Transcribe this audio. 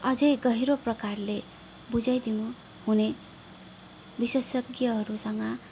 अझ गहिरो प्रकारले बुझाइदिनु हुने विशेषज्ञहरूसँग